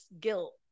guilt